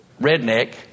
redneck